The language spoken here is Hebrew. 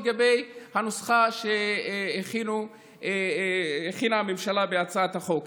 לפי הנוסחה שהכינה הממשלה בהצעת החוק.